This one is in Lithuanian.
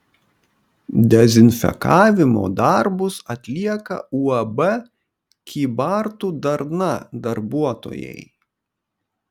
dezinfekavimo darbus atlieka uab kybartų darna darbuotojai